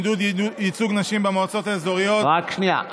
עידוד ייצוג נשים במועצות אזוריות) רק שנייה.